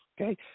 okay